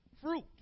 Fruit